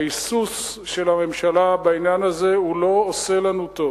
ההיסוס של הממשלה בעניין הזה לא עושה לנו טוב.